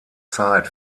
zeit